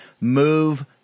move